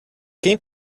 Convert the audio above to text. quem